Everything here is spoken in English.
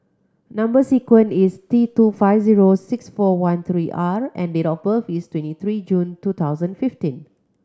number sequence is T two five zero six four one three R and date of birth is twenty three June two thousand fifteen